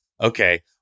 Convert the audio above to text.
okay